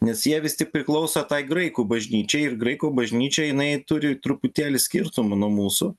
nes jie vis tik priklauso tai graikų bažnyčiai ir graikų bažnyčia jinai turi truputėlį skirtumų nuo mūsų